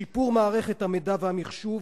שיפור מערכת המידע והמחשוב,